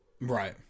Right